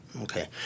Okay